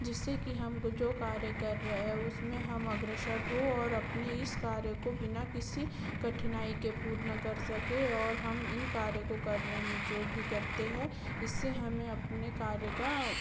जिससे कि हमको जो कार्य रहे हैं उसमें हम अग्रसर हों और अपने इस कार्य को बिना किसी कठिनाई के पूर्ण कर सकें और हम इन कार्यों को करने में जो भी करते हैं इससे हमें अपने कार्य का